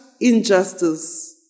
injustice